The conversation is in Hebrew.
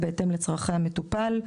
המטפל, בהתאם לצרכי המטופל.